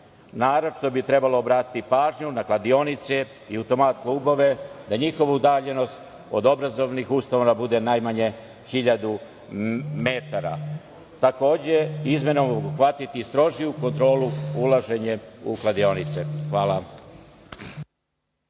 naročito bi trebalo obratiti pažnju na kladionice i automat klubove, da njihovu udaljenost od obrazovnih ustanova bude najmanje 1000 metara? Takođe, izmenama obuhvatiti strožiju kontrolu ulaženjem u kladionice. Hvala.